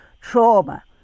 Trauma